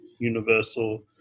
universal